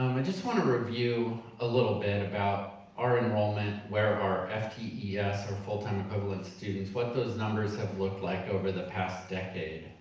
i just wanna review a little bit about our enrollment, where our ftes or full-time equivalent students, what those numbers have looked like over the past decade.